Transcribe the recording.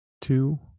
two